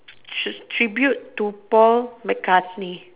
Tribute to Paul McCartney